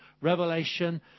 revelation